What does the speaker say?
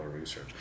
research